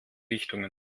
richtungen